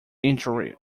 injury